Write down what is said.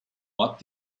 what